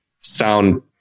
sound